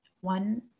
one